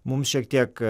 mums šiek tiek